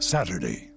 Saturday